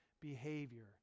behavior